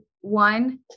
one